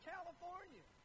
California